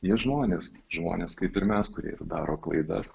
jie žmonės žmonės kaip ir mes kurie ir daro klaidas